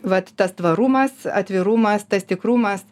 vat tas tvarumas atvirumas tas tikrumas